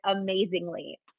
amazingly